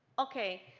okay.